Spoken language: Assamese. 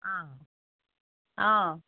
অ' অ'